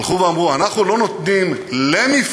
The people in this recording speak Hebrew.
הלכו ואמרו: אנחנו לא נותנים למפלגה,